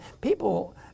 people